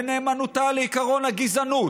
בנאמנותה לעקרון הגזענות,